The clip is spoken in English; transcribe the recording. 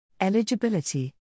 Eligibility